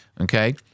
okay